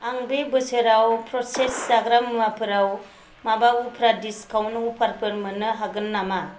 आं बे बोसोराव प्र'सेस जाग्रा मुवाफोराव माबा उफ्रा डिसकाउन्ट अफार फोर मोननो हागोन नामा